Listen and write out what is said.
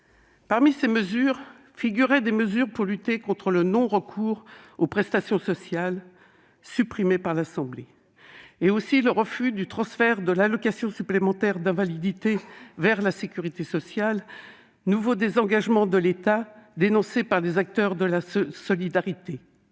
Parmi ces dispositions figuraient des mesures pour lutter contre le non-recours aux prestations sociales- elles ont été supprimées par l'Assemblée -et le refus du transfert de l'allocation supplémentaire d'invalidité (ASI) vers la sécurité sociale, nouveau désengagement de l'État dénoncé par les acteurs de la solidarité-